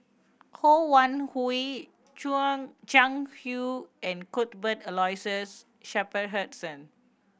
Ho Wan Hui Jiang Hu and Cuthbert Aloysius Shepherdson